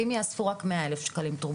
ואם יאספו רק 100,000 שקלים תרומות?